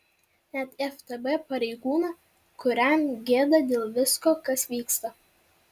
net ftb pareigūną kuriam gėda dėl visko kas vyksta